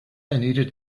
needed